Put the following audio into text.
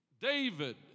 David